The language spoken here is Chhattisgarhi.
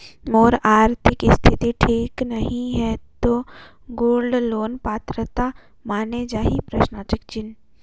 मोर आरथिक स्थिति ठीक नहीं है तो गोल्ड लोन पात्रता माने जाहि?